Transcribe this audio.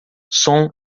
som